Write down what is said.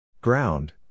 Ground